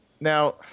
now